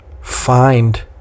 find